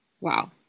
Wow